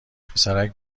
پسرک